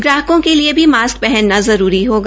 ग्राहकों के लिए भी मास्क पहनना जरूरी होगा